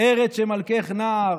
"ארץ שמלכך נער",